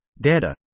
data